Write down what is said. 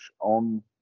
on